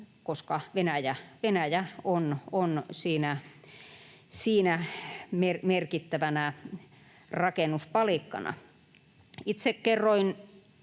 koska Venäjä on siinä merkittävänä rakennuspalikkana. Itse kerroin